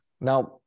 Now